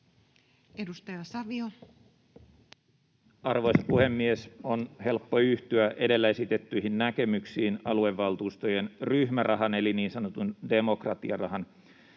Content: Arvoisa puhemies! On helppo yhtyä edellä esitettyihin näkemyksiin aluevaltuustojen ryhmärahan eli niin sanotun demokratiarahan